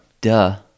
Duh